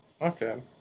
Okay